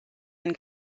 and